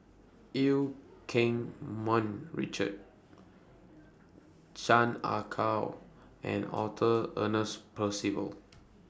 EU Keng Mun Richard Chan Ah Kow and Arthur Ernest Percival